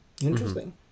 Interesting